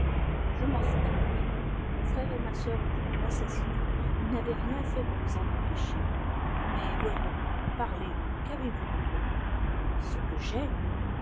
je m'en souviendrai mon frère et ma soeur ont voulu m'assassiner vous n'avez rien fait pour les en empêcher mais voyons parlez qu'avez-vous contre moi ce que j'ai